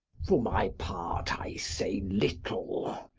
for my part, i say little.